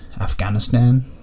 Afghanistan